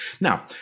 Now